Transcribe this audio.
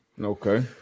Okay